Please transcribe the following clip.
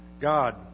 God